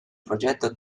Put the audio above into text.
progetto